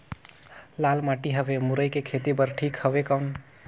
लाल माटी हवे मुरई के खेती बार ठीक हवे कौन?